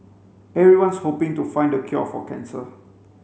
everyone's hoping to find the cure for cancer